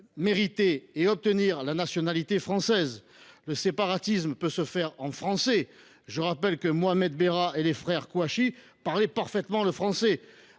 mériter et obtenir la nationalité française. Le séparatisme peut se faire en français. Je rappelle que Mohamed Merah et les frères Kouachi parlaient parfaitement le français